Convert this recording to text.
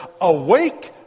awake